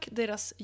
deras